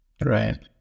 Right